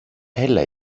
έλα